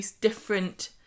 different